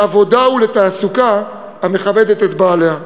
לעבודה ולתעסוקה המכבדת את בעליה.